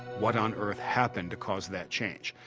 what on earth happened to cause that change?